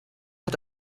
hat